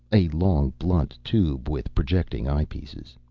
a long blunt tube with projecting eyepieces.